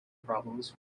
problems